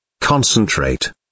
Concentrate